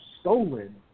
stolen